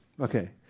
okay